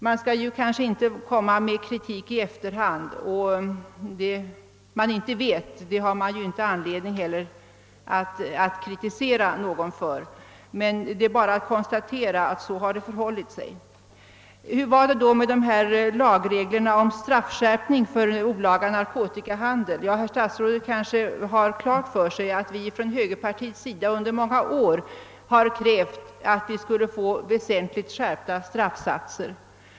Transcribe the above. Det är kanske inte riktigt att komma med kritik i efterhand, men det är bara att konstatera att så har det förhållit sig. Hur var det då med dessa lagregler om straffskärpning för olaga narkotikahandel? Ja, herr statsrådet har kanske klart för sig att högerpartiet under många år har krävt väsentligt skärpta straffsatser.